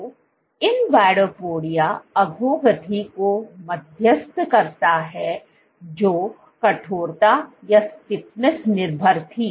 तो invadopodia अधोगति को मध्यस्थत करता है जो कठोरता निर्भर थी